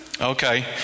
Okay